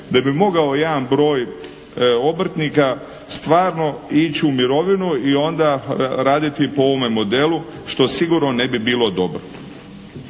da bi mogao jedan broj obrtnika stvarno ići u mirovinu i onda raditi po ovome modelu što sigurno ne bi bilo dobro.